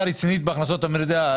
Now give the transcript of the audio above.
רצינית בהכנסות המדינה.